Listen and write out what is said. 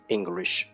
English